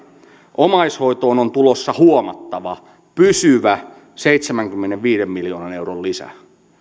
omaishoitoon on tulossa huomattava pysyvä seitsemänkymmenenviiden miljoonan euron lisä